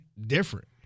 different